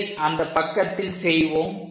இதை அந்தப் பக்கத்தில் செய்வோம்